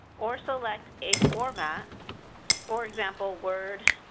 or select a format for example, word,